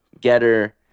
Getter